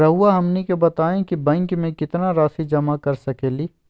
रहुआ हमनी के बताएं कि बैंक में कितना रासि जमा कर सके ली?